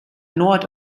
nord